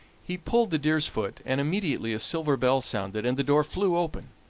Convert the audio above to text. he pulled the deer's foot, and immediately a silver bell sounded and the door flew open,